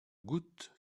goutte